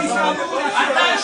מי שבינתיים